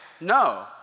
no